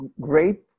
great